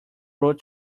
road